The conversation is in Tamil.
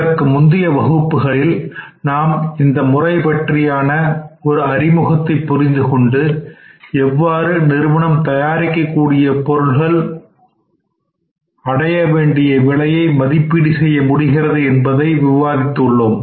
இதற்கு முந்தைய வகுப்புகளில் நாம் இந்த முறை பற்றியான ஒரு அறிமுகத்தை புரிந்துகொண்டு எவ்வாறு நிறுவனம் தயாரிக்க கூடிய பொருட்கள் உடைய விலை மதிப்பீடு செய்ய முடிகிறது என்பதை விவாதித்து உள்ளோம்